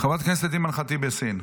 חברת הכנסת אימאן ח'טיב יאסין.